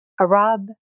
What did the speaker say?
Arab